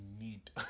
need